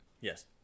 Yes